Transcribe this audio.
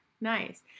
Nice